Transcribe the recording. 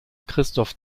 christoph